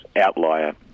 outlier